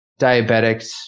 diabetics